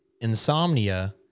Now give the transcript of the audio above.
insomnia